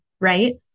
right